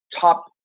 top